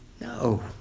No